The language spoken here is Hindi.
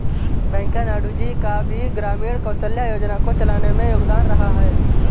वैंकैया नायडू जी का भी ग्रामीण कौशल्या योजना को चलाने में योगदान रहा है